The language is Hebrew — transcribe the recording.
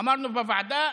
אמרנו בוועדה